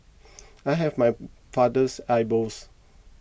I have my father's eyebrows